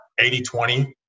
80-20